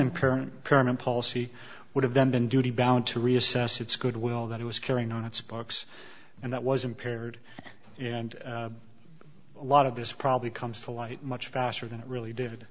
imperent pyramid policy would have then been duty bound to reassess its goodwill that it was carrying on its books and that was impaired and a lot of this probably comes to light much faster than it really did